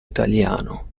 italiano